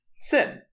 sin